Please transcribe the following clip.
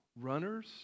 runners